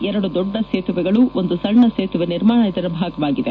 ಎರಡು ದೊಡ್ಡ ಸೇತುವೆಗಳು ಒಂದು ಸಣ್ಣ ಸೇತುವೆ ನಿರ್ಮಾಣ ಇದರ ಭಾಗವಾಗಿದೆ